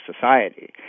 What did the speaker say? society